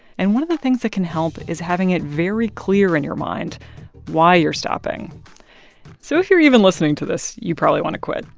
and one of the things that can help is having it very clear in your mind why you're stopping so if you're even listening to this, you probably want to quit.